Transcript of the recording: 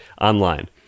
online